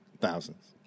Thousands